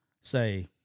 say